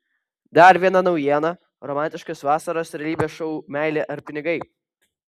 dar viena naujiena romantiškas vasaros realybės šou meilė ar pinigai